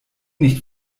nicht